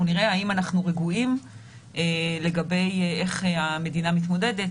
נראה האם אנחנו רגועים לגבי איך המדינה מתמודדת.